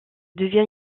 devient